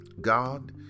God